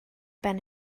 ben